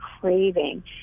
craving